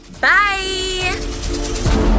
Bye